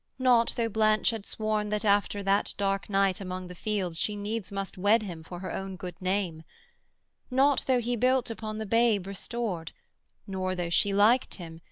not though blanche had sworn that after that dark night among the fields she needs must wed him for her own good name not though he built upon the babe restored nor though she liked him,